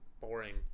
boring